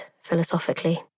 philosophically